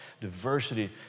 diversity